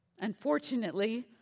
Unfortunately